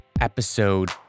episode